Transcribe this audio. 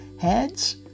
heads